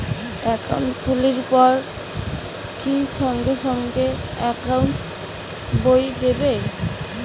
Account খুলির পর কি সঙ্গে সঙ্গে একাউন্ট বই দিবে?